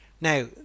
Now